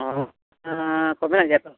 ᱚ ᱚᱱᱟ ᱠᱚ ᱢᱮᱱᱟᱜ ᱜᱮᱭᱟ ᱛᱚ